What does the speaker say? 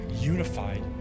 unified